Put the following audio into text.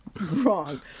wrong